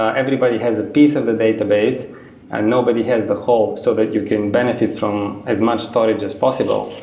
ah everybody has a piece of a database and nobody has the whole, so that you can benefit from as much storage as possible.